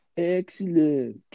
Excellent